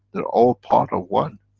they're all part of one.